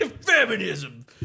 Feminism